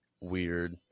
weird